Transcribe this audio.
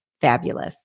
Fabulous